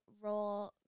raw